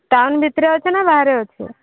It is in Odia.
ଟାଉନ୍ ଭିତରେ ଅଛି ନା ବାହାରେ ଅଛି